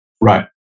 Right